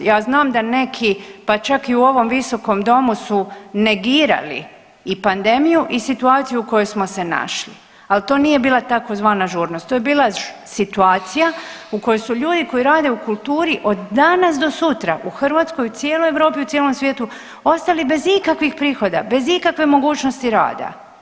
Ja znam da neki, pa čak i u ovom visokom domu su negirali i pandemiju i situaciju u kojoj smo se našli, al to nije bila tzv. žurnost, to je bila situacija u kojoj su ljudi koji rade u kulturi od danas do sutra u Hrvatskoj i u cijeloj Europi i u cijelom svijetu ostali bez ikakvih prihoda, bez ikakve mogućnosti rada.